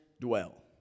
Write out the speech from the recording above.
dwell